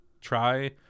try